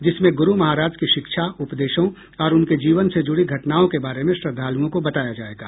जिसमें गुरू महाराज की शिक्षा उपदेशों और उनके जीवन से जुड़ी घटनाओं के बारे में श्रद्धालुओं को बताया जायेगा